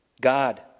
God